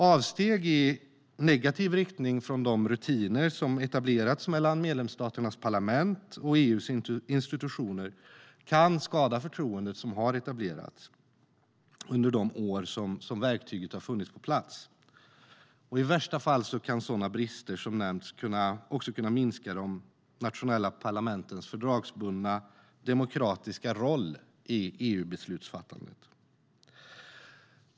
Avsteg i negativ riktning från de rutiner som har etablerats mellan medlemsstaternas parlament och EU:s institutioner kan skada det förtroende som har etablerats under de år som verktyget har funnits på plats. I värsta fall kan sådana brister som nämnts minska de nationella parlamentens fördragsbundna demokratiska roll i EUbeslutsfattandet.